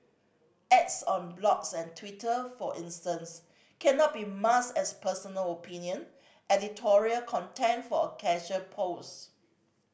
ads on blogs and Twitter for instance cannot be masked as personal opinion editorial content or a casual post